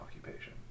occupation